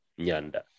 Nyanda